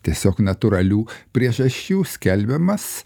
tiesiog natūralių priežasčių skelbiamas